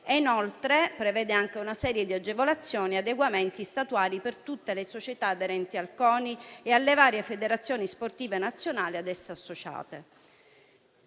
inoltre si prevede anche una serie di agevolazioni e adeguamenti statuari per tutte le società aderenti al CONI e alle varie federazioni sportive nazionali ad esso associate.